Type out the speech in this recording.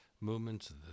movements